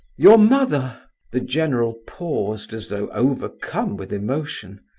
your mother the general paused, as though overcome with emotion.